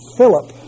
Philip